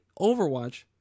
Overwatch